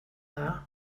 dda